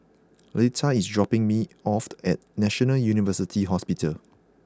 Leta is dropping me off at National University Hospital